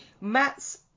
Matt's